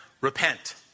Repent